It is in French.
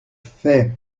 fait